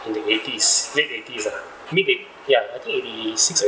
in the eighties mid eighties uh mid eight ya I think eighty-six or